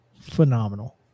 phenomenal